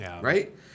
right